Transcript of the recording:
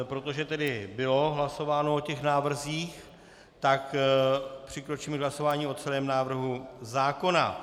Protože bylo hlasováno o těch návrzích, tak přikročíme k hlasování o celém návrhu zákona.